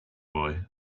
boy